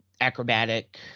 acrobatic